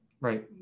Right